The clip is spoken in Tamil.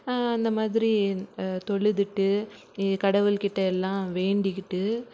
அந்தமாதிரி தொழுதுவிட்டு இ கடவுள்கிட்ட எல்லாம் வேண்டிக்கிட்டு